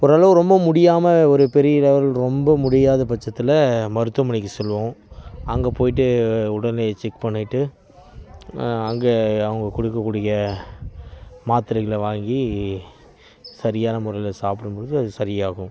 ஒரு அளவு ரொம்ப முடியாமல் ஒரு பெரிய இதாக ரொம்ப முடியாத பட்ச்சத்தில் மருத்துவமனைக்கு செல்வோம் அங்கே போய்ட்டு உடல் நிலையை செக் பண்ணிட்டு அங்கே அவங்க கொடுக்க கூடிய மாத்திரைகளை வாங்கி சரியான முறையில் சாப்பிடும் போது அது சரியாகும்